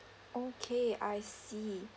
okay I see